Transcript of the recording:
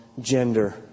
gender